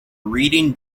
reading